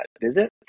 visit